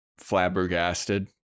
flabbergasted